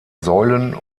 säulen